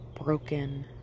broken